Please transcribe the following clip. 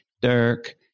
Dirk